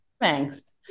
Thanks